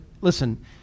listen